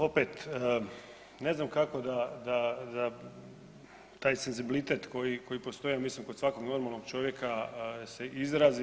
Opet, ne znam kako da taj senzibilitet koji postoji ja mislim kod svakog normalnog čovjeka se izrazi.